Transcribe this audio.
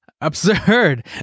absurd